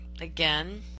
again